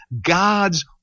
God's